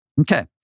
Okay